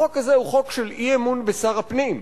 החוק הזה הוא חוק של אי-אמון בשר הפנים.